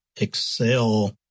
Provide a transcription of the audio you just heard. Excel